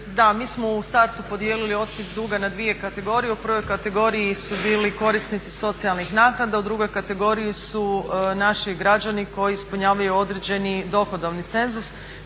da, mi smo u startu podijelili otpis duga na dvije kategorije. U prvoj kategoriji su bili korisnici socijalnih naknada, u drugoj kategoriji su naši građani koji ispunjavaju određeni dohodovni cenzus.